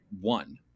one